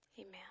Amen